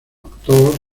actor